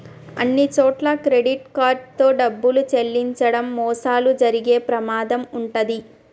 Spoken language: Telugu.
అన్నిచోట్లా క్రెడిట్ కార్డ్ తో డబ్బులు చెల్లించడం మోసాలు జరిగే ప్రమాదం వుంటది